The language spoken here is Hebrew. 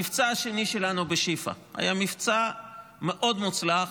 המבצע השני שלנו בשיפא היה מבצע מאוד מוצלח,